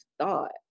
thought